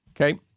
Okay